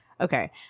okay